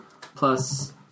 Plus